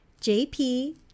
JP